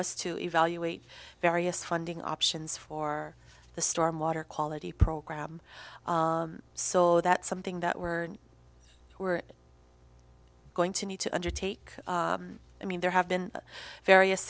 us to evaluate various funding options for the storm water quality program so that's something that we're we're going to need to undertake i mean there have been various